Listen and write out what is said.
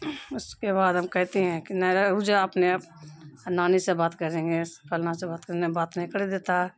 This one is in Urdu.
اس کے بعد ہم کہتے ہیں کہ نے رے رک جا اپنے آپ نانی سے بات کریں گے فلانا سے بات کریں گے بات نہیں کرے دیتا ہے